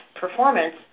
performance